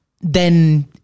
then-